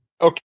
okay